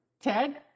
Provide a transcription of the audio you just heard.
Ted